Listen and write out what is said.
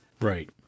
Right